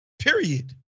period